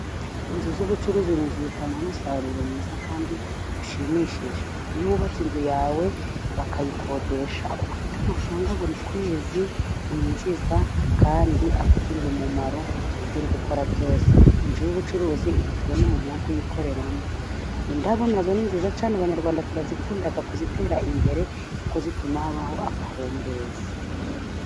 Inzu z'ubucuruzi ni inzu zitanga umusaruro mwiza kandi ushimishije. Iyo wubatse inzu yawe bakayikodesha, uba ufite amafaranga buri kwezi winjiza kandi akugirira umumaro mu byo uri gukora byose. Inzu y'ubucuruzi ihita ibona umuntu wo kuyikoreramo. Indabo na zo ni nziza cyane. Abanyarwanda dukunda kuzitera imbere kuko zituma habaho amahumbezi.